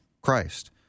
Christ